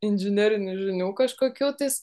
inžinerinių žinių kažkokių tais